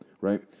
right